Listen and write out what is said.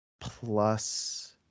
Plus